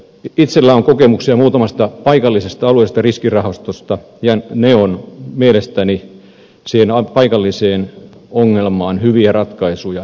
itselläni on kokemuksia muutamasta paikallisesta alueellisesta riskirahastosta ja mielestäni siinä on paikalliseen ongelmaan hyviä ratkaisuja